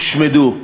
הושמדו.